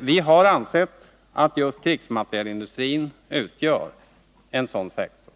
Vi har ansett att just krigsmaterielindustrin utgör en sådan sektor.